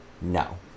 No